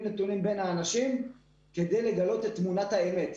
נתונים בין האנשים כדי לגלות את תמונת האמת.